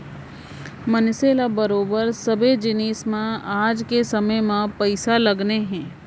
मनसे ल बरोबर सबे जिनिस म आज के समे म पइसा लगने हे